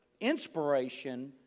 inspiration